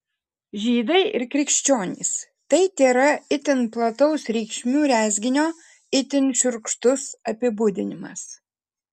žydai ir krikščionys tai tėra itin plataus reikšmių rezginio itin šiurkštus apibūdinimas